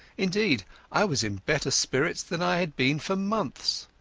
indeed i was in better spirits than i had been for months.